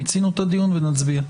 מיצינו את הדיון ונצביע.